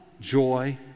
joy